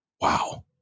wow